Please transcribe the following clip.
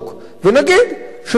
ונגיד שכן,